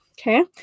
Okay